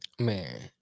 Man